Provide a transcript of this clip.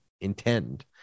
intend